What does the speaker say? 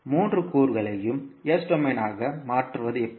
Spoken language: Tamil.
மூன்று கூறுகளையும் S டொமைனாக மாற்றுவது எப்படி